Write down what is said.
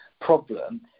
problem